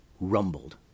rumbled